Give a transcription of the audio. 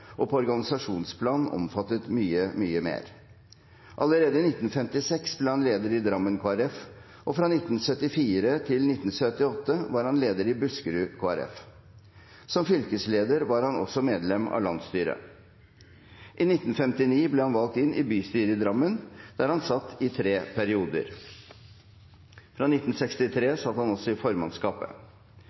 på organisasjonsplan omfattet mye mer. Allerede i 1956 ble han leder i Drammen KrF, og fra 1974 til 1978 var han leder i Buskerud KrF. Som fylkesleder var han også medlem av landsstyret. I 1959 ble han valgt inn i bystyret i Drammen, der han satt i tre perioder. Fra 1963 satt han også i formannskapet.